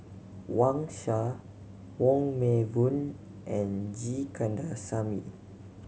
Wang Sha Wong Meng Voon and G Kandasamy